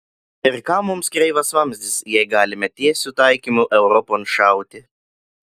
ir kam mums kreivas vamzdis jei galime tiesiu taikymu europon šauti